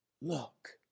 look